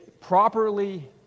properly